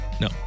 No